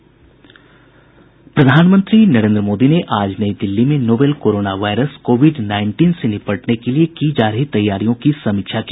प्रधानमंत्री नरेन्द्र मोदी ने आज नई दिल्ली में novel corona virus COVID nineteen से निपटने के लिए की जा रही तैयारियों की समीक्षा की